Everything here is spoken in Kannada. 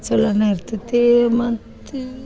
ಚಲೋನೆ ಇರ್ತೈತಿ ಮತ್ತೆ